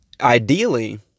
Ideally